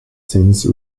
since